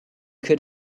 could